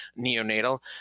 neonatal